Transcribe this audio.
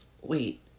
wait